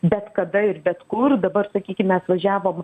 bet kada ir bet kur dabar sakykime atvažiavom